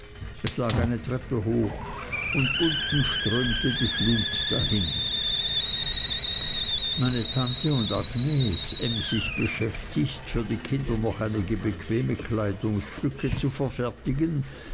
es lag eine treppe hoch und unten strömte die flut dahin meine tante und agnes emsig beschäftigt für die kinder noch einige bequeme kleidungsstücke zu verfertigen